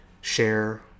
share